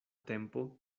tempo